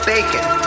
Bacon